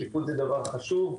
זה דבר חשוב.